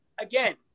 Again